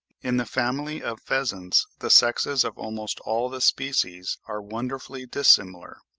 in the family of pheasants the sexes of almost all the species are wonderfully dissimilar,